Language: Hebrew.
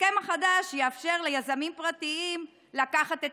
ההסכם החדש יאפשר ליזמים פרטיים לקחת את